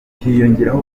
hiyongeraho